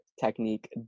technique